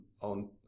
on